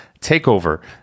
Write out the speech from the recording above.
takeover